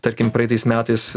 tarkim praeitais metais